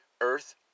Earth